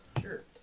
Sure